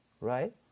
right